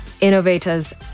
innovators